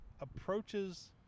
approaches